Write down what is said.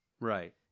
Right